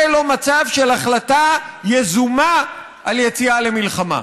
זה לא מצב של החלטה יזומה על יציאה למלחמה.